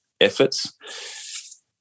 efforts